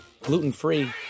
gluten-free